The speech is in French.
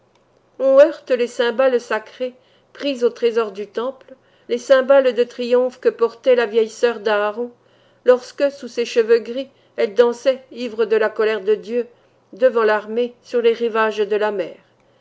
on heurte les cymbales sacrées prises au trésor du temple les cymbales de triomphe que portait la vieille sœur d'aaron lorsque sous ses cheveux gris elle dansait ivre de la colère de dieu devant l'armée sur les rivages de la mer